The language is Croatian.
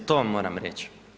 To vam moram reći.